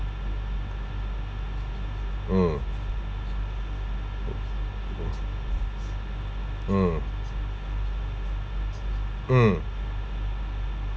mm mm mm